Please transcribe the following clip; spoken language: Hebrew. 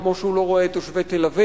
כמו שהוא לא רואה את תושבי תל-אביב,